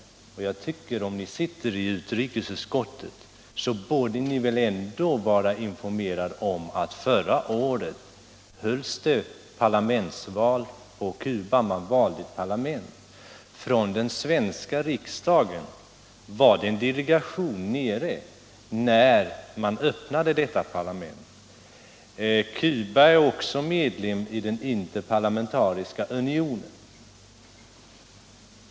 Herr Bengtson som sitter i utrikesutskottet borde väl vara informerad om att det förra året hölls ett parlamentsval på Cuba. Den svenska riksdagen var representerad med en delegation vid öppnandet av det parlament som hade valts. Cuba är också medlem av Interparlamentariska unionen.